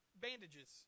bandages